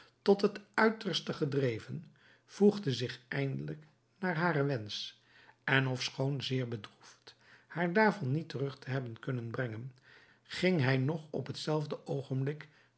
tot het uiterste gedreven voegde zich eindelijk naar haren wensch en ofschoon zeer bedroefd haar daarvan niet terug te hebben kunnen brengen ging hij nog op hetzelfde oogenblik